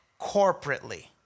corporately